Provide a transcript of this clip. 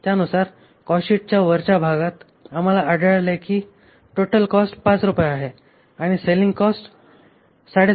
त्यानुसार कॉस्टशीटच्या वरच्या भागात आम्हाला आढळले आहे की टोटल कॉस्ट 5 रुपये आहे आणि सेलिंग कॉस्ट 7